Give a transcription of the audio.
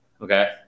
Okay